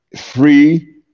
free